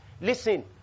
listen